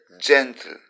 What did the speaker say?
gentle